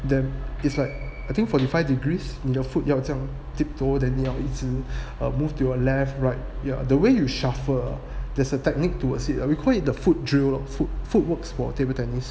then it's like I think forty five degrees 你的要 foot 这样 tiptoe than 要一直 um move to your left right ya the way you shuffle there's a technique towards it we called it the foot drill lor foot foot works for table tennis